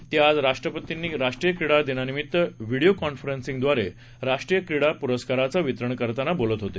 ते आज राष्ट्रीय क्रीडा दिनानिमित्त व्हीडीओ कॉन्फरन्सिंगद्वारे राष्ट्रीय क्रीडा पुरस्कारांचं वितरण करताना बोलत होते